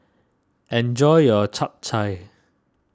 enjoy your Chap Chai